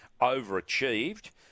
overachieved